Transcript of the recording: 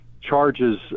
charges